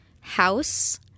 house